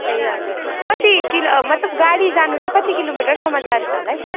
ए हजुर कति किल मतलब गाडी जानु चाहिँ कति किलोमिटरसम्म जान्छ होला है